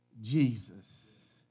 Jesus